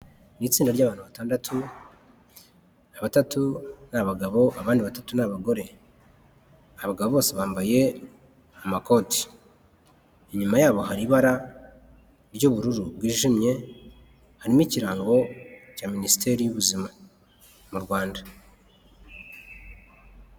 Ni itsinda ry'abantu batandatu, batatu ni abagabo abandi batatu ni abagore, abagabo bose bambaye amakoti, inyuma yabo hari ibara ry'ubururu bwijimye harimo ikirango cya Minisiteri y'Ubuzima mu Rwanda.